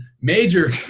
major